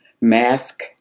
mask